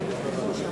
תרצה.